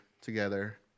together